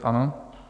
Ano.